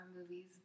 movies